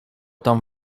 tam